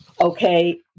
Okay